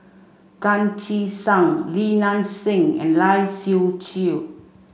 Tan Che Sang Li Nanxing and Lai Siu Chiu